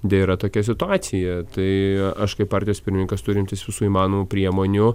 deja yra tokia situacija tai aš kaip partijos pirmininkas turintis visų įmanomų priemonių